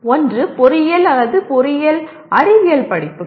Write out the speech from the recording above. ஒன்று பொறியியல் அல்லது பொறியியல் அறிவியல் படிப்புகள்